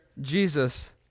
Jesus